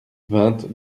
vingt